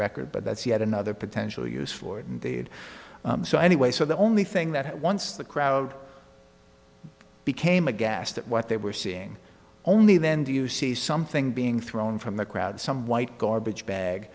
record but that's yet another potential use for it and they'd so anyway so the only thing that once the crowd became aghast at what they were seeing only then do you see something being thrown from the crowd some white garbage bag